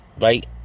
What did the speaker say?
right